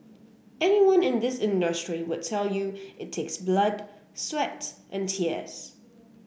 anyone in this industry will tell you it takes blood sweat and tears